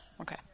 Okay